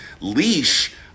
leash